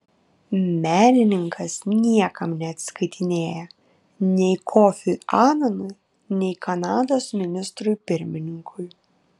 menininkas niekam neatsiskaitinėja nei kofiui ananui nei kanados ministrui pirmininkui